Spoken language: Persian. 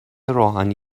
روحانی